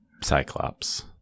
Cyclops